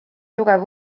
tugev